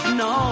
no